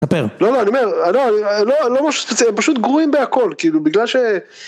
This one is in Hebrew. ספר. לא... לא... אני אומר, לא, אני... לא... לא משהו ספציפי, הם פשוט גרועים בהכל, כאילו, בגלל ש...